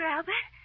Albert